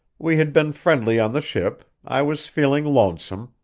we had been friendly on the ship, i was feeling lonesome,